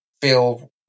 feel